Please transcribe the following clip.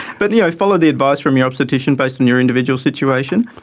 but yeah follow the advice from your obstetrician based on your individual situation.